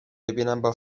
فرزندانم